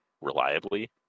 reliably